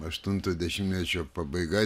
aštunto dešimtmečio pabaiga